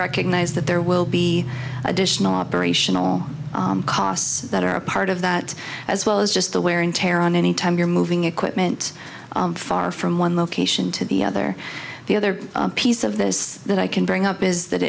recognized that there will be additional operational costs that are a part of that as well as just the wear and tear on any time you're moving equipment far from one location to the other the other piece of this that i can bring up is that